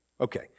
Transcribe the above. Okay